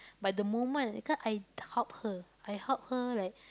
but the moment cause I help her I help her like